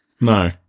No